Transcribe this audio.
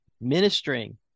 ministering